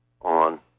on